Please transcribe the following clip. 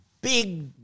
big